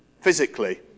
Physically